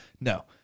No